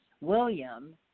William